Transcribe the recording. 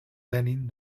lenin